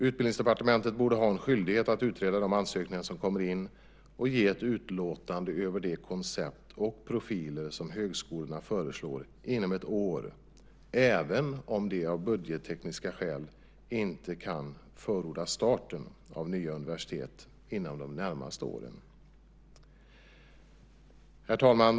Utbildningsdepartementet borde ha en skyldighet att utreda de ansökningar som kommer in och ge ett utlåtande över det koncept och de profiler som högskolorna föreslår inom ett år, även om man av budgettekniska skäl inte kan förorda start av nya universitet inom de närmaste åren. Herr talman!